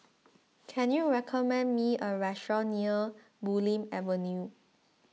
can you recommend me a restaurant near Bulim Avenue